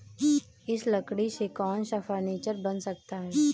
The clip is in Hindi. इस लकड़ी से कौन सा फर्नीचर बन सकता है?